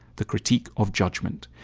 the critique of judgment.